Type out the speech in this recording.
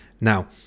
Now